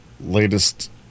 latest